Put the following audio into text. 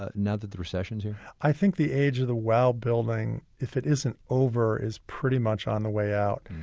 ah now that the recession's here? i think the age of the wow building, if it isn't over, is pretty much on the way out.